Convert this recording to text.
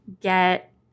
get